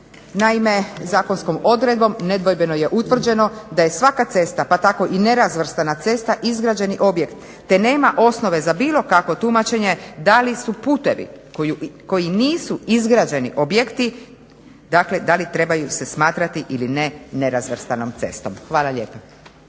Naime, zakonskom odredbom nedvojbeno je utvrđeno da je svaka cesta pa tako i nerazvrstana cesta, izgrađeni objekt te nema osnove za bilo kakvo tumačenje da li su putevi koji nisu izgrađeni objekti dakle da li trebaju se smatrati ili ne nerazvrstanom cestom. Hvala lijepa.